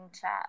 chat